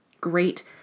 Great